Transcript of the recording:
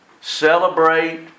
celebrate